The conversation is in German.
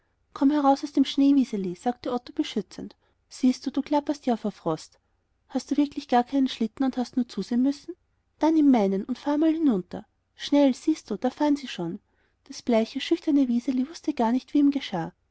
komm heraus aus dem schnee wiseli sagte otto beschützend siehst du du klapperst ja vor frost hast du wirklich gar keinen schlitten und hast nur zusehen müssen da nimm den meinen und fahr einmal hinunter schnell siehst du da fahren sie schon das bleiche schüchterne wiseli wußte gar nicht wie ihm geschah